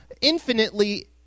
infinitely